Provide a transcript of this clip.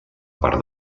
per